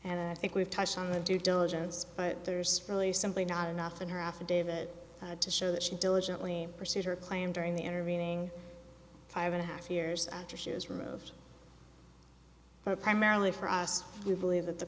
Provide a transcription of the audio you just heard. and i think we've touched on the due diligence but there's really simply not enough in her affidavit to show that she diligently pursued her claim during the intervening five and a half years after she has room but primarily for us we believe that the